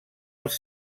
els